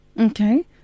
Okay